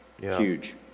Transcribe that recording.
huge